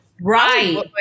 Right